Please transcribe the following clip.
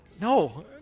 No